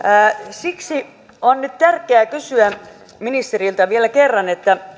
siksi on nyt tärkeää kysyä ministeriltä vielä kerran